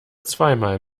zweimal